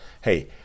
Hey